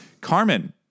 Carmen